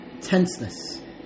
tenseness